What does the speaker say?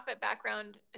background